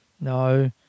No